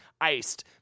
Iced